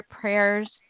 prayers